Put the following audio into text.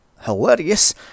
hilarious